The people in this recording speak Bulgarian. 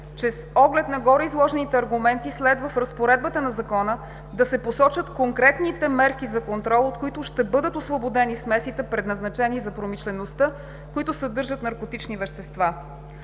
че с оглед на гореизложените аргументи следва в Разпоредбата на Закона да се посочат конкретните мерки за контрол, от които ще бъдат освободени смесите, предназначени за промишлеността, които съдържат наркотични вещества.